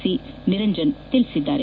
C Niranjan ತಿಳಿಸಿದ್ದಾರೆ